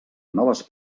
noves